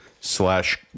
Slash